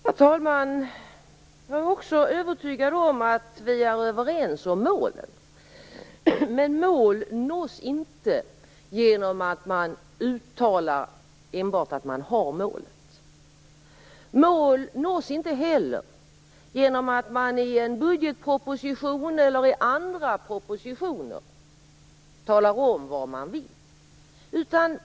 Herr talman! Jag är också övertygad om att vi är överens om målet. Men mål nås inte enbart genom att man uttalar att man har målet. Mål nås inte heller genom att man i en budgetproposition eller i andra propositioner talar om vad man vill.